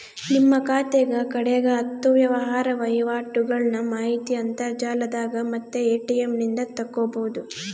ನಿಮ್ಮ ಖಾತೆಗ ಕಡೆಗ ಹತ್ತು ವ್ಯವಹಾರ ವಹಿವಾಟುಗಳ್ನ ಮಾಹಿತಿ ಅಂತರ್ಜಾಲದಾಗ ಮತ್ತೆ ಎ.ಟಿ.ಎಂ ನಿಂದ ತಕ್ಕಬೊದು